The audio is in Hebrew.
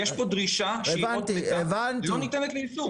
יש פה דרישה שהיא אות מתה, היא לא ניתנת ליישום.